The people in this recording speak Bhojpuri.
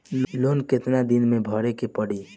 लोन कितना दिन मे भरे के पड़ी?